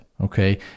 okay